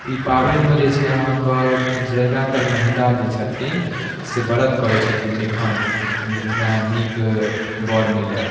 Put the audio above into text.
ई पाबनिमे जे छै से अहाँके ज्यादातर महिला जे छथिन से व्रत करै छथिन निखण्ड जे हमरा नीक वर मिलय